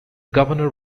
governor